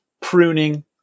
pruning